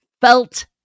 felt